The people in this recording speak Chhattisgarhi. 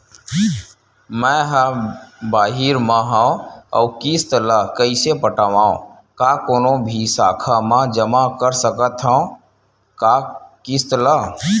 मैं हा बाहिर मा हाव आऊ किस्त ला कइसे पटावव, का कोनो भी शाखा मा जमा कर सकथव का किस्त ला?